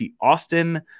Austin